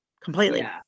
completely